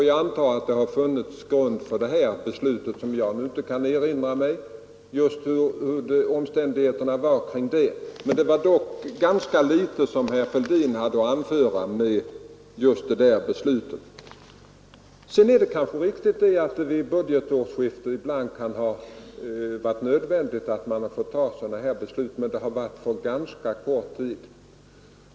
Jag antar att det har funnits grund för det här beslutet — jag kan inte nu erinra mig hur omständigheterna var kring det. Det var dock ganska litet som herr Fälldin hade att anföra med just det där beslutet. Det är kanske riktigt att det vid ett budgetårsskifte ibland varit nödvändigt att fatta sådana här preliminära beslut, men dessa har då avsett en ganska kort tid.